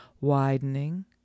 widening